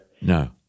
No